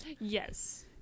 yes